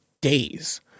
days